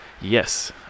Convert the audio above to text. yes